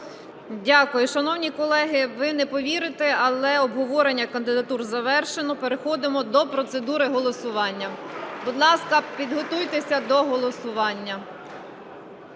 Дякую. Шановні колеги, ви не повірите, але обговорення кандидатур завершено. Переходимо до процедури голосування. Будь ласка, підготуйтеся до голосування.